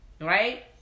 Right